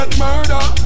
murder